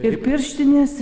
ir pirštinės